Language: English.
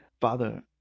Father